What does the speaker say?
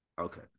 Okay